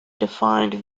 defined